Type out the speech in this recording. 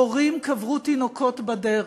הורים קברו תינוקות בדרך,